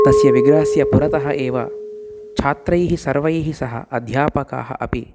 तस्य विग्रहस्य पुरतः एव छात्रैः सर्वैः सह अध्यापकाः अपि